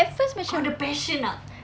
at first macam